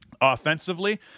offensively